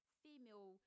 female